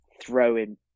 throwing